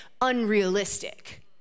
unrealistic